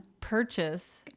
purchase